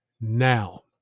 Now